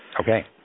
Okay